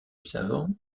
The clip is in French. savant